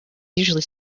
usually